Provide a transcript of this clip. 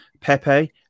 Pepe